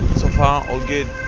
so far all good